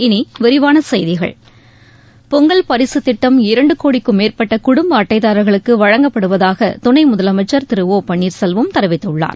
இனி விரிவான செய்திகள் பொங்கல் பரிசுத் திட்டம் இரண்டு கோடிக்கும் மேற்பட்ட குடும்ப அட்டைதாரர்களுக்கு வழங்கப்படுவதாக துணை முதலமைச்சர் திரு ஓ பன்னீர்செல்வம் தெரிவித்துள்ளார்